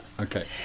okay